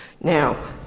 Now